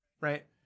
right